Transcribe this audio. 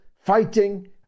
fighting